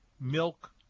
milk